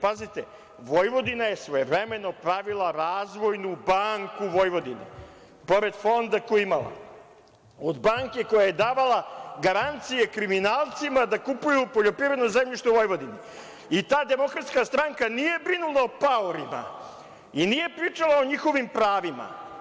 Pazite, Vojvodina je svojevremeno pravila Razvojnu banku Vojvodine pored fonda koji je imala, od banke koja je davala garancije kriminalcima da kupuju poljoprivredno zemljište u Vojvodini i ta DS nije brinula o paorima i nije pričala o njihovim pravima.